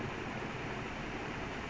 no it's too late